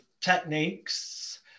techniques